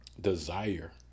desire